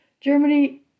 Germany